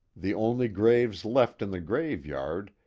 the only graves left in the grave-yard,